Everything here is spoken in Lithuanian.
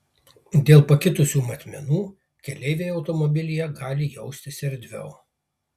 dėl pakitusių matmenų keleiviai automobilyje gali jaustis erdviau